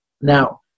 Now